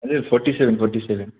हजुर forty seven forty seven